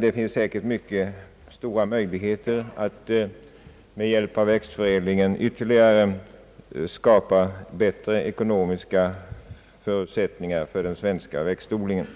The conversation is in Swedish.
Det finns säkert mycket stora möjligheter att med hjälp av växtförädling ytterligare skapa bättre ekonomiska förutsättningar för den svenska växtodlingen.